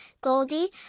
Goldie